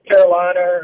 Carolina